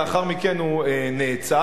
לאחר מכן הוא נעצר.